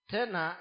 Tena